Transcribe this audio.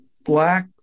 Black